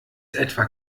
etwa